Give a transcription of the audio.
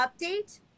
update